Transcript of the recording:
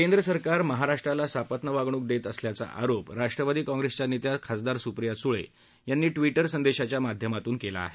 केंद्र सरकार महाराष्ट्राला सापत्न वागणूक देत असल्याचा आरोप राष्ट्रवादी कॉंप्रेसच्या नेत्या खासदार सुप्रिया सुळे यांनी ट्विटर संदेशाच्या माध्यमातून केला आहे